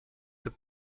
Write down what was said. the